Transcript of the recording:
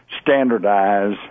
standardize